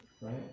right